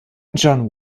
john